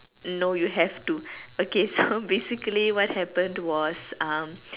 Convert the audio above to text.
no you have to okay so basically what happened was um